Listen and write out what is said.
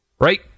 Right